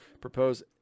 propose